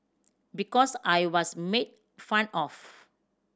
because I was made fun of